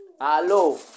Hello